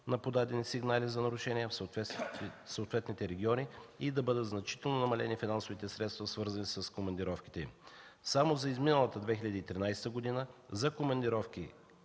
на подадени сигнали за нарушения в съответните региони и да бъдат значително намалени финансовите средства, свързани с командировките им. Само за изминалата 2013 г. за командировки